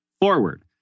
forward